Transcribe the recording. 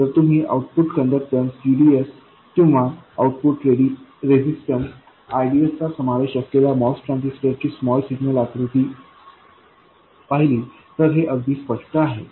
जर तुम्ही output conductance gds किंवा आउटपुट रेझिस्टन्स rds चा समावेश असलेल्या MOS ट्रान्झिस्टर ची स्मॉल सिग्नल आकृती पाहिले तर हे अगदी स्पष्ट आहे